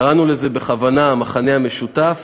קראנו לזה בכוונה "המחנה המשותף",